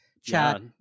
chat